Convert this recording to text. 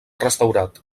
restaurat